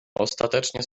ostatecznie